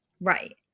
Right